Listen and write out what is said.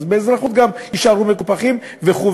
אז באזרחות הם גם יישארו מקופחים וכו'.